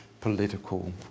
political